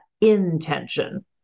intention